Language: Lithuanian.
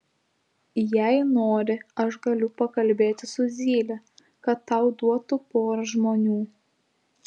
jei nori aš galiu pakalbėti su zyle kad tau duotų porą žmonių